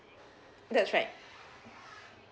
that's right